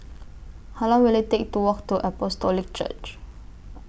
How Long Will IT Take to Walk to Apostolic Church